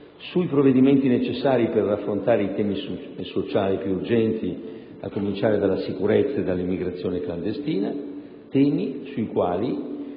e i provvedimenti necessari per affrontare i temi sociali più urgenti, a cominciare dalla sicurezza e dall'immigrazione clandestina. Su questi